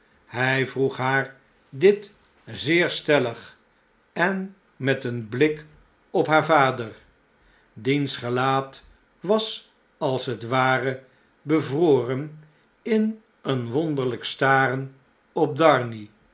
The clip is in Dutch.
hy vroeg haar dit zeer stellig en met een blik op haar vader diens gelaat was als het ware bevroren in een wonderlijk staren op darnay